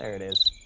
it is.